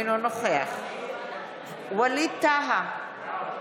אינו נוכח ווליד טאהא,